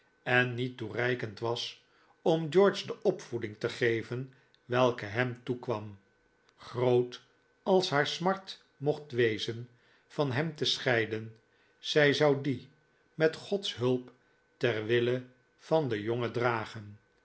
en niet toereikend was om george de opvoeding te geven welke hem toekwam groot als haar smart mocht wezen van hem te scheiden zij zou die met gods hulp ter wille van den jongen dragen